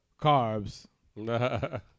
carbs